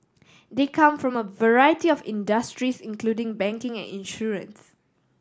they come from a variety of industries including banking and insurance